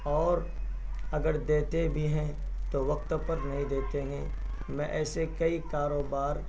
اور اگر دیتے بھی ہیں تو وقت پر نہیں دیتے ہیں میں ایسے کئی کاروبار